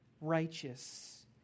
Righteous